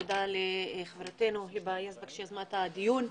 תודה לחברתנו היבה יזבק שיזמה את הדיון.